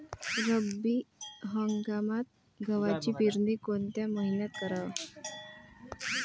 रब्बी हंगामात गव्हाची पेरनी कोनत्या मईन्यात कराव?